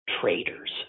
traitors